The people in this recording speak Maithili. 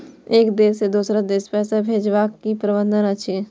एक देश से दोसर देश पैसा भैजबाक कि प्रावधान अछि??